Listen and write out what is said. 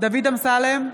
דוד אמסלם,